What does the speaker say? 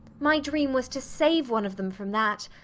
my dream was to save one of them from that,